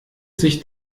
sich